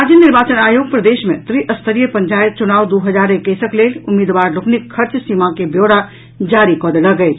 राज्य निर्वाचन आयोग प्रदेश मे त्रिस्तरीय पंचायत चुनाव दू हजार एकैसक लेल उम्मीदवार लोकनिक खर्च सीमा के ब्योरा जारी कऽ देलक अछि